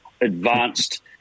advanced